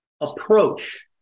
approach